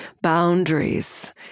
boundaries